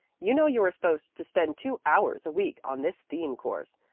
you know you are supposed to spend two hours a week on this theme course,